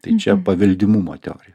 tai čia paveldimumo teorija